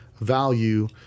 value